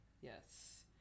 Yes